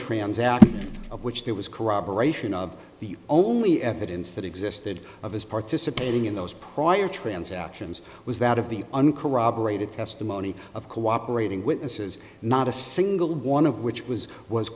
trans out of which there was corroboration of the only evidence that existed of his participating in those prior transactions was that of the uncorroborated testimony of cooperating witnesses not a single one of which was was